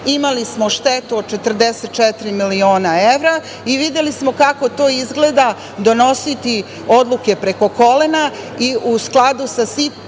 Imali smo štetu od 44 miliona evra i videli smo kako to izgleda donositi odluke preko kolena i u skladu sa